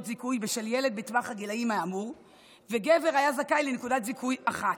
זיכוי בשל ילד בטווח הגילים האמור וגבר היה זכאי לנקודת זיכוי אחת.